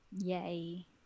Yay